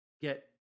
Get